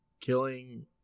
killing